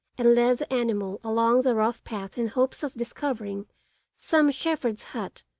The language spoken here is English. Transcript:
and led the animal along the rough path in hopes of discovering some shepherd's hut,